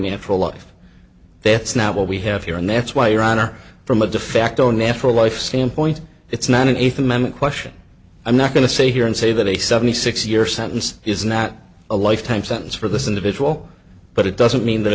natural life that's not what we have here and that's why your honor from a defacto natural life standpoint it's not an eighth amendment question i'm not going to say here and say that a seventy six year sentence is not a lifetime sentence for this individual but it doesn't mean that